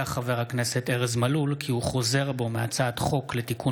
חבר הכנסת ארז מלול כי הוא חוזר בו מהצעת חוק לתיקון